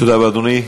תודה לאדוני.